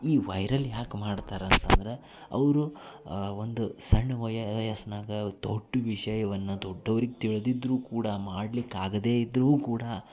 ಈ ವೈರಲ್ ಯಾಕೆ ಮಾಡ್ತಾರೆ ಅಂತಂದ್ರೆ ಅವರು ಒಂದು ಸಣ್ಣ ವಯಸ್ಸಿನಾಗ ದೊಡ್ಡ ವಿಷಯವನ್ನು ದೊಡ್ಡೋವ್ರಿಗೆ ತಿಳಿದಿದ್ರೂ ಕೂಡ ಮಾಡ್ಲಿಕ್ಕೆ ಆಗದೇ ಇದ್ದರೂ ಕೂಡ